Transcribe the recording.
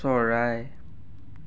চৰাই